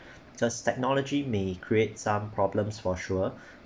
just technology may create some problems for sure